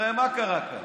הרי מה קרה כאן?